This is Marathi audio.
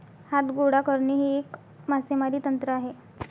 हात गोळा करणे हे एक मासेमारी तंत्र आहे